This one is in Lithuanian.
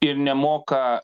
ir nemoka